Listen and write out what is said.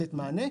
לתת מענה.